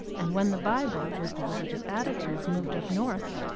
and when the bible with the religious attitudes moved up north,